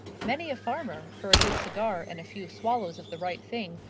many a farmer, for a good cigar and a few swallows of the right thing,